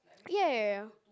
ya ya ya